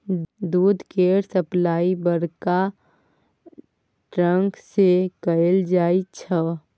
दूध केर सप्लाई बड़का टैंक सँ कएल जाई छै